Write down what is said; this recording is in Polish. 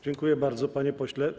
Dziękuję bardzo, panie pośle.